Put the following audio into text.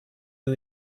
you